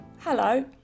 Hello